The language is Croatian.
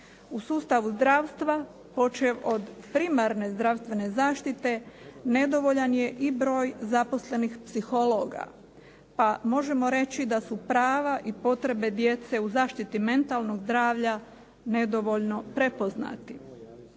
U sustavu zdravstva, počev od primarne zdravstvene zaštite, nedovoljan je i broj zaposlenih psihologa pa možemo reći da su prava i potrebe djece u zaštiti mentalnog zdravlja nedovoljno prepoznati.